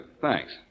Thanks